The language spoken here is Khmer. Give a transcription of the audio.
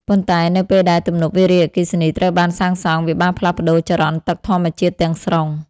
ប៉ុន្តែនៅពេលដែលទំនប់វារីអគ្គិសនីត្រូវបានសាងសង់ វាបានផ្លាស់ប្ដូរចរន្តទឹកធម្មជាតិទាំងស្រុង។